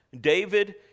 David